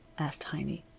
asked heiny.